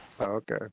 Okay